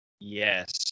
Yes